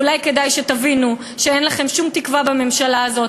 ואולי כדאי שתבינו שאין לכם שום תקווה בממשלה הזאת.